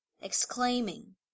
exclaiming